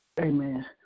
Amen